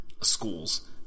schools